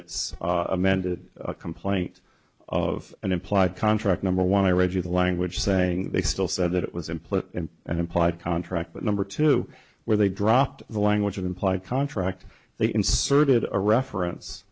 its amended complaint of an implied contract number one i read you the language saying they still said it was implicit in an implied contract but number two where they dropped the language an implied contract they inserted a reference